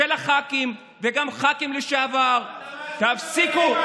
של הח"כים וגם של ח"כים לשעבר: תפסיקו.